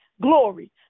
glory